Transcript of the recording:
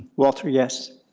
walter, yes.